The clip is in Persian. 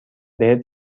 بهت